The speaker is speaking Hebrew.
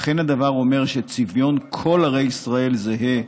אך אין הדבר אומר שצביון כל ערי ישראל זהה,